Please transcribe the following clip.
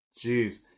Jeez